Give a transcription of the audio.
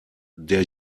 der